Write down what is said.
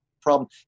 problem